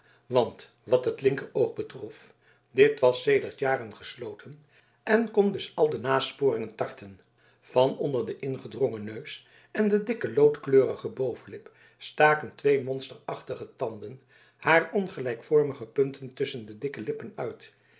want wat het linkeroog betrof dit was sedert jaren gesloten en kon dus al de nasporingen tarten van onder den ingedrongen neus en de dikke loodkleurige bovenlip staken twee monsterachtige tanden haar ongelijkvormige punten tusschen de dikke lippen uit